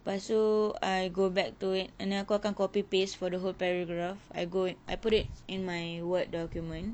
pastu I go back to it and then aku akan copy paste for the whole paragraph I go I put it in my word document